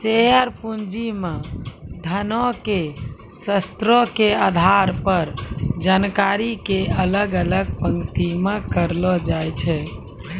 share पूंजी मे धनो के स्रोतो के आधार पर जानकारी के अलग अलग पंक्ति मे रखलो जाय छै